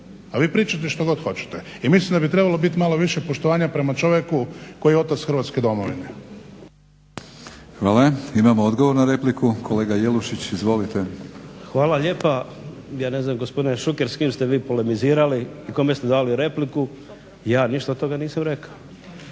a vi pričajte što god hoćete. I mislim da bi trebalo bit malo više poštovanja prema čovjeku koji je otac Hrvatske domovine. **Batinić, Milorad (HNS)** Hvala. Imamo odgovor na repliku, kolega Jelušić izvolite. **Jelušić, Ivo (SDP)** Hvala lijepa. Ja ne znam gospodine Šuker s kim ste vi polemizirali i kome ste dali repliku, ja ništa od toga nisam rekao.